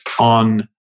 on